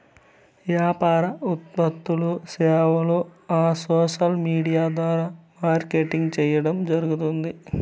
యాపార ఉత్పత్తులూ, సేవలూ ఆ సోసల్ విూడియా ద్వారా మార్కెటింగ్ చేయడం జరగుతాంది